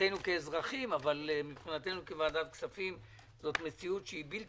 מבחינתנו כאזרחים, אבל כוועדת כספים זו מציאות שלא